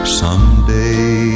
someday